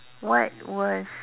what was